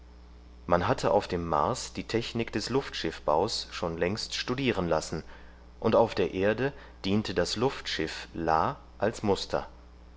man hatte auf dem mars die technik des luftschiffbaus schon längst studieren lassen und auf der erde diente das luftschiff la als muster